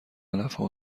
علفها